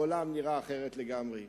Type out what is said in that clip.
העולם נראה אחרת לגמרי.